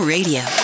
Radio